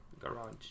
Garage